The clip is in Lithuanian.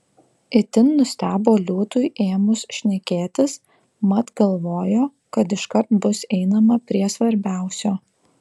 itin nustebo liūtui ėmus šnekėtis mat galvojo kad iškart bus einama prie svarbiausio